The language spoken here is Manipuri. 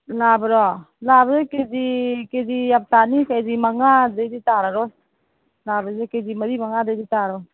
ꯂꯥꯕꯔꯣ ꯂꯥꯕ ꯀꯦ ꯖꯤ ꯀꯦ ꯖꯤ ꯌꯥꯝ ꯇꯥꯅꯤ ꯀꯦ ꯖꯤ ꯃꯉꯥꯗꯩꯗꯤ ꯇꯥꯔꯔꯣꯏ ꯂꯥꯕꯁꯦ ꯀꯦ ꯖꯤ ꯃꯔꯤ ꯃꯉꯥꯗꯩꯗꯤ ꯇꯥꯔꯣꯏ